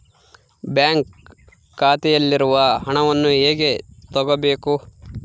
Bank ಖಾತೆಯಲ್ಲಿರುವ ಹಣವನ್ನು ಹೇಗೆ ತಗೋಬೇಕು?